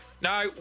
No